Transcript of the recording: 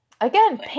again